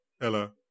Ella